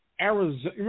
Arizona